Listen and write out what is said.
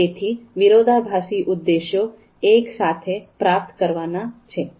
તેથી વિરોધાભાસી ઉદ્દેશો એક સાથે પ્રાપ્ત કરવાના છે